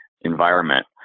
environment